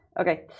okay